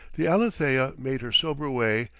the alethea made her sober way,